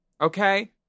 Okay